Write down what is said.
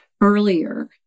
earlier